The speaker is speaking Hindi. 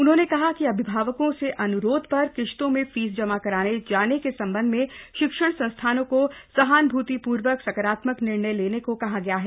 उन्होंने कहा कि अभिभावकों के अनुरोध पर किस्तों में फीस जमा कराये जाने के संबंध में शिक्षण संस्थानों को सहानुभूतिपूर्वक सकारात्मक निर्णय लेने को कहा गया है